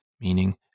Meaning